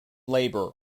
labor